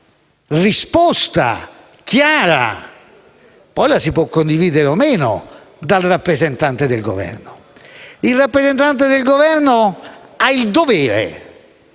risposta chiara - poi la si può condividere o no - dal rappresentante del Governo. Il rappresentante del Governo ha il dovere,